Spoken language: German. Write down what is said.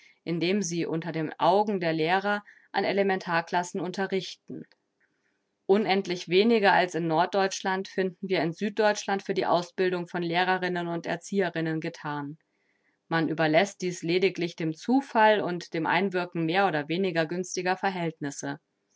indem sie unter den augen der lehrer an elementarklassen unterrichten unendlich weniger als in norddeutschland finden wir in süddeutschland für die ausbildung von lehrerinnen und erzieherinnen gethan man überläßt dies lediglich dem zufall und dem einwirken mehr oder weniger günstiger verhältnisse